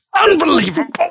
unbelievable